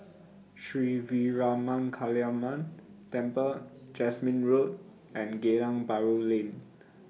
Sri Veeramakaliamman Temple Jasmine Road and Geylang Bahru Lane